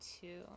two